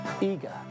eager